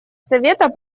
совета